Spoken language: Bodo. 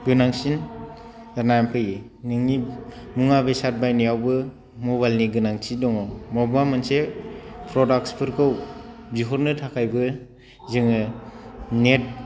गोनांसिन जाना फैयो नोंनि मुवा बेसाद बायनायावबो मबाइलनि गोनांथि दङ मबबा मोनसे प्रडाक्ट्सफोरखौ बिहरनो थाखायबो जोङो नेट